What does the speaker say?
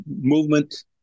movement